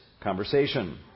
conversation